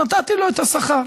נתתי לו את השכר.